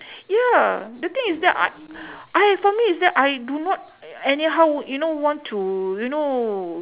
ya the thing is that I I for me is that I do not anyhow you know want to you know